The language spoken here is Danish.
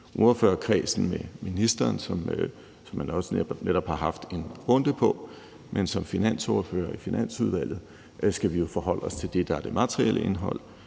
ordførerkredsen kan tage med ministeren, som man netop også har haft en runde med, men som finansordførere i Finansudvalget skal vi jo forholde os til det, der er det materielle indhold,